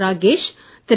Rakesh Thiru